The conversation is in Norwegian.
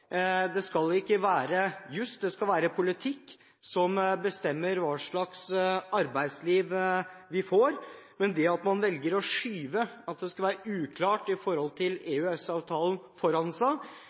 Det skal ikke være juss, det skal være politikk som bestemmer hva slags arbeidsliv vi får. Når man velger å skyve uklarheter i forhold til EØS-avtalen foran seg, hadde det vært fristende å invitere Høyres representanter her i salen til